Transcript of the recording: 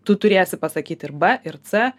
tu turėsi pasakyti ir b ir c